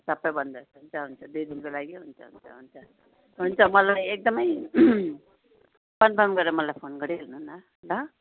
सबैभन्दा हुन्छ हुन्छ दुई दिनको लागि हुन्छ हुन्छ हुन्छ हुन्छ मलाई एकदमै कन्फर्म गरेर मलाई फोन गरिहाल्नु न ल